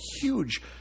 huge